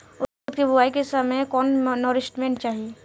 उरद के बुआई के समय कौन नौरिश्मेंट चाही?